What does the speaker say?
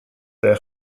der